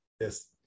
Yes